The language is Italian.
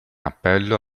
appello